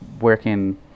working